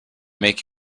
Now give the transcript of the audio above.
make